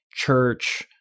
Church